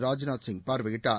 ராஜ்நாத் சிங் பார்வையிட்டார்